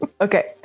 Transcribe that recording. Okay